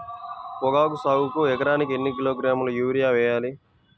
పొగాకు సాగుకు ఎకరానికి ఎన్ని కిలోగ్రాముల యూరియా వేయాలి?